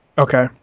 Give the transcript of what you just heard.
Okay